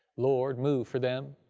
lord, move for them,